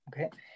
Okay